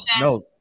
no